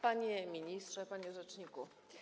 Panie Ministrze! Panie Rzeczniku!